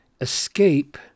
escape